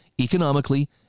economically